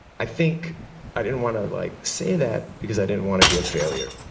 i think i didn't want to like say that because i didn't want to be a failure.